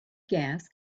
gas